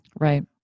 right